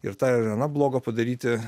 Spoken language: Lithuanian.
ir tą ir aną blogo padaryti